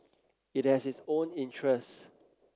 it has its own interests